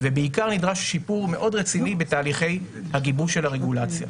ובעיקר נדרש שיפור מאוד רציני בתהליכי הגיבוש של הרגולציה.